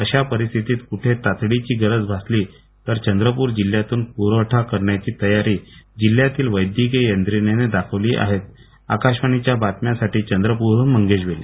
अशा परिस्थितीत कुठे तातडीची गरज भासली तर चंद्रप्र जिल्ह्यातून प्रवठा करण्याची तयारी जिल्ह्यातील वैद्यकीय यंत्रणेनं दाखविली आहेत आकाशवाणी बातम्यांसाठी चंद्रपूरहून मंगेश बेले